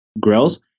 grills